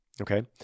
okay